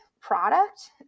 product